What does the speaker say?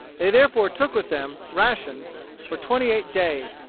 they therefore took with them rations for twenty-eight days.